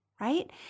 right